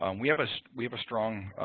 and we have so we have a strong